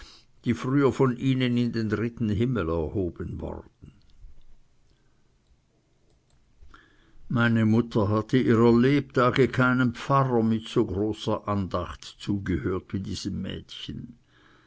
die früher von ihnen in den dritten himmel erhoben worden meine mutter hatte ihrer lebtage keinem pfarrer mit so großer andacht zugehört wie diesem mädchen